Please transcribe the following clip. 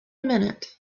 minute